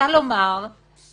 אומרים לנו,